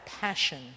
passion